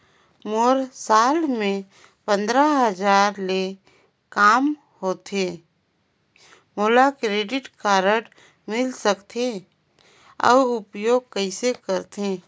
मोर साल मे पंद्रह हजार ले काम होथे मोला क्रेडिट कारड मिल सकथे? अउ उपयोग कइसे करथे?